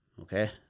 okay